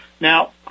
Now